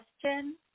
question